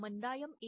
मंदायम ए